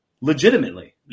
legitimately